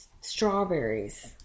strawberries